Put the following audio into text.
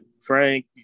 Frank